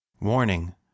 Warning